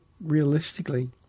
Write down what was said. realistically